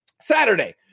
saturday